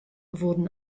wurden